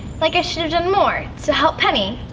so like i should have done more. to help penny.